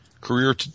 career